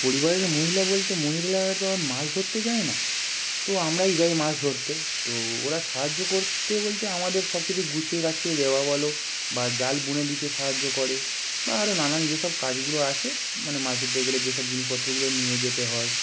পরিবারের মহিলা বলতে মহিলারা তো আর মাছ ধরতে যায় না তো আমরাই যাই মাছ ধরতে তো ওরা সাহায্য করতে বলতে আমাদের সব কিছু গুছিয়ে গাছিয়ে দেওয়া বলো বা জাল বুনে দিতে সাহায্য করে আরো নানান যেসব কাজগুলো আসে মানে মাস ধরতে গেলে যেসব জিনিসপত্রগুলো নিয়ে যেতে হয়